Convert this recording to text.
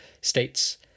states